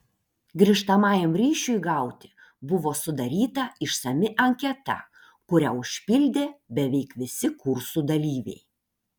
grįžtamajam ryšiui gauti buvo sudaryta išsami anketa kurią užpildė beveik visi kursų dalyviai